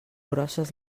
grosses